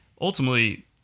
ultimately